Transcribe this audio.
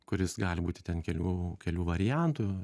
kuris gali būti ten kelių kelių variantų